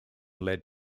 led